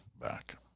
back